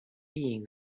being